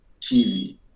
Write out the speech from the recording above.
TV